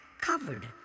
covered